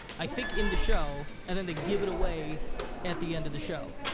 i think in the show, and then they give it away at the end of the show.